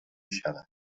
شود